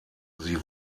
sie